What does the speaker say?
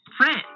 France